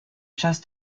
just